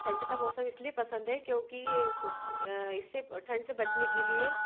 ठंड का मौसम इसलिए पसंद है क्योंकि ये इस इससे ठंड से बचने के लिए